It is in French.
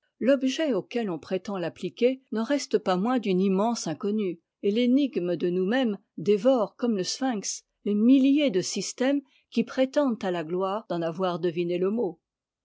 l'objet auquel on prétend l'appliquer n'en reste pas moins d'une immensité inconnue et l'énigme de nous-mêmes dévore comme le sphinx les miniers de sytèmes qui prétendent à la gloire d'en avoir déviné le mot